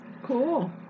Cool